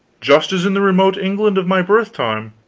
just as in the remote england of my birth-time,